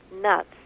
nuts